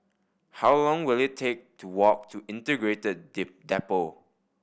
how long will it take to walk to Integrated Depot